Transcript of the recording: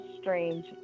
strange